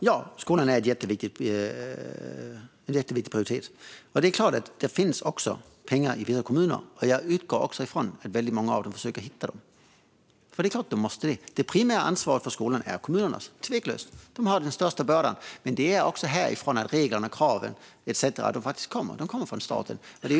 Fru talman! Ja, skolan är jätteviktig och måste prioriteras. Det finns givetvis pengar i en del kommuner, och jag utgår från att många andra försöker hitta dem. Kommunerna har tveklöst det primära ansvaret för skolan och bär också den största bördan. Men det är från staten som reglerna, kraven med mera kommer.